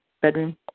bedroom